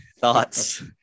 thoughts